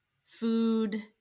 food